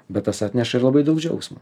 bet tas atneša ir labai daug džiaugsmo